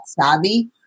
savvy